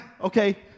okay